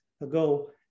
ago